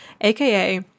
aka